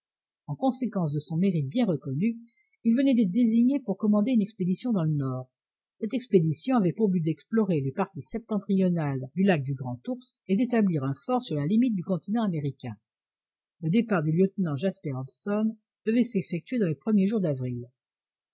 en conséquence de son mérite bien reconnu il venait d'être désigné pour commander une expédition dans le nord cette expédition avait pour but d'explorer les parties septentrionales du lac du grandours et d'établir un fort sur la limite du continent américain le départ du lieutenant jasper hobson devait s'effectuer dans les premiers jours d'avril